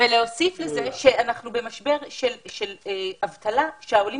להוסיף לזה שאנחנו במשבר של אבטלה והעולים